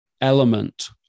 element